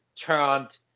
turned